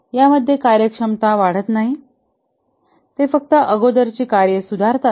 या मध्ये कार्यक्षमता वाढत नाही ते फक्त अगोदरची कार्ये सुधारतात